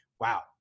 wow